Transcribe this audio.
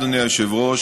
אדוני היושב-ראש,